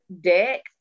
deck